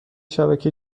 شبکه